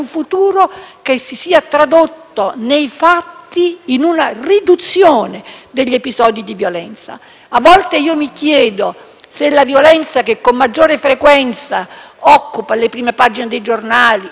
in una riduzione degli episodi di violenza. A volte mi chiedo se la violenza che con maggiore frequenza occupa le prime pagine dei giornali e i telegiornali a ripetizione, per diverse